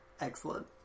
Excellent